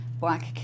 black